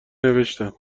نوشتم